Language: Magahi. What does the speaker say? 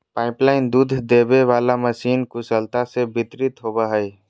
पाइपलाइन दूध देबे वाला मशीन कुशलता से वितरित होबो हइ